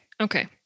Okay